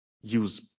use